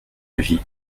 avis